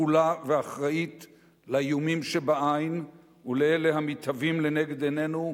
שקולה ואחראית לאיומים שבעין ולאלה המתהווים לנגד עינינו,